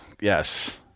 Yes